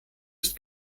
ist